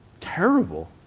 terrible